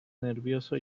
nervioso